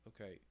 okay